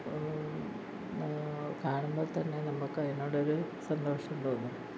കാണുമ്പോൾ തന്നെ നമുക്ക് അതിനോട് ഒരു സന്തോഷം തോന്നും